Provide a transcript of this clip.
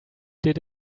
did